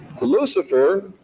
Lucifer